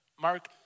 Mark